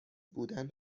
بودن